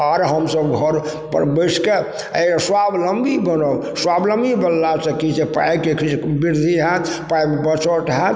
आओर हमसब घर पर बैसिके स्वाबलम्बी बनब स्वावलम्बी बनलासँ की छै पाइके किछु वृद्धि हैत पाइके बचत हैत